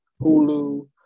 hulu